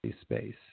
space